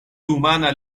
rumana